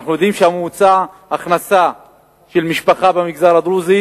אנחנו יודעים שממוצע ההכנסה של משפחה במגזר הדרוזי